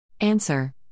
Answer